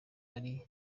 bari